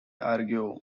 argue